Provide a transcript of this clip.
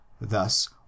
Thus